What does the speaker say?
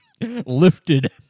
lifted